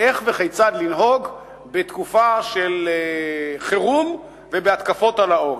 איך וכיצד לנהוג בתקופה של חירום ובהתקפות על העורף.